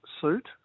suit